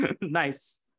nice